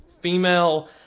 female